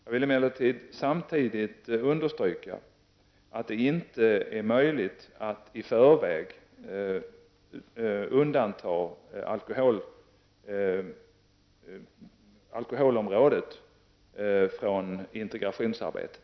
Jag vill emellertid samtidigt understryka att det inte är möjligt att i förväg undanta alkoholområdet från integrationsarbetet.